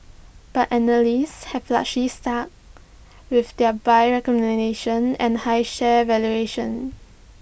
but analysts have largely stuck with their buy recommendations and high share valuations